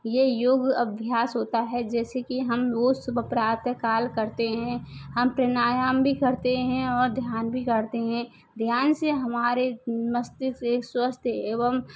ये योग अभ्यास होता है जैसे कि हम रोज सुबह प्रातः काल करते हैं हम प्राणायाम भी करते हैं और ध्यान भी करते हैं ध्यान से हमारे मस्तिष्क एक स्वस्थ एवं